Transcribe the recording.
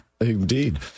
Indeed